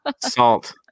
Salt